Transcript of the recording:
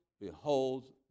beholds